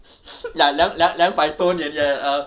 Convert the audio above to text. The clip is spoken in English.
ya 两两两两百多年 err